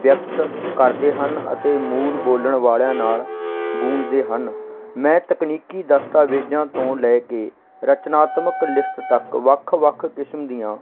ਵਿਅਕਤ ਕਰਦੇ ਹਨ ਅਤੇ ਮੂਲ ਬੋਲਣ ਵਾਲਿਆਂ ਨਾਲ ਗੂੰਜਦੇ ਹਨ ਮੈਂ ਤਕਨੀਕੀ ਦਸਤਾਵੇਜ਼ਾਂ ਤੋਂ ਲੈ ਕੇ ਰਚਨਾਤਮਕ ਲਿਖਤ ਤੱਕ ਵੱਖ ਵੱਖ ਕਿਸਮ ਦੀਆਂ